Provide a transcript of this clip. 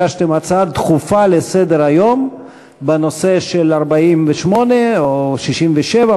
הגשתם הצעה דחופה לסדר-היום בנושא של 48' או 67',